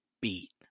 beat